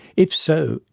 if so,